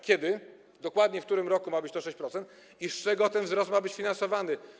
Kiedy, dokładnie w którym roku ma to być 6% i z czego ten wzrost ma być finansowany?